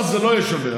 רצה שזה לא יהיה שווה.